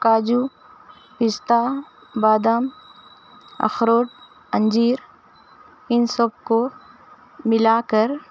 کاجو پستہ بادام اخروٹ انجیر اِن سب کو ملا کر